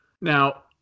Now